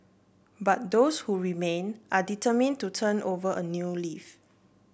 but those who remain are determined to turn over a new leaf